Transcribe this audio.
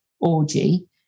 orgy